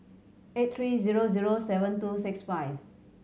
eight three zero zero seven two six five